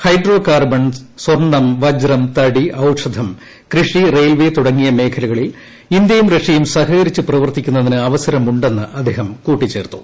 hydro carbon സ്വർണ്ണം വജ്രം തടി ഔഷധം കൃഷി റെയിൽവേ തുടങ്ങിയ മേഖലകളിൽ ഇന്ത്യയും റഷ്യയും സഹകരിച്ച് പ്രവർത്തിക്കുന്നതിന് അവസരമുണ്ടെന്ന് അദ്ദേഹം കൂട്ടിച്ചേർത്തു